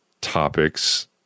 topics